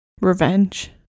Revenge